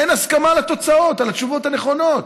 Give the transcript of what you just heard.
אין הסכמה על התוצאות, על התשובות הנכונות.